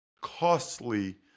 costly